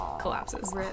collapses